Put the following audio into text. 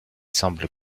semble